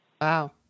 Wow